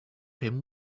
him